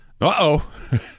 uh-oh